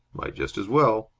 might just as well.